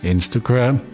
Instagram